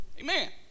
Amen